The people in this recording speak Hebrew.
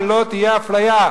שלא תהיה אפליה,